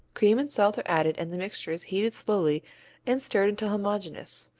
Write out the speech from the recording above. cream and salt are added and the mixture is heated slowly and stirred until homogeneous,